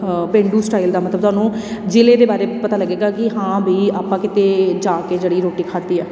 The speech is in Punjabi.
ਪੇਂਡੂ ਸਟਾਈਲ ਦਾ ਮਤਲਬ ਤੁਹਾਨੂੰ ਜ਼ਿਲ੍ਹੇ ਦੇ ਬਾਰੇ ਪਤਾ ਲੱਗੇਗਾ ਕਿ ਹਾਂ ਬਈ ਆਪਾਂ ਕਿਤੇ ਜਾ ਕੇ ਜਿਹੜੀ ਰੋਟੀ ਖਾਧੀ ਹੈ